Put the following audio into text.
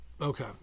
Okay